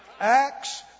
Acts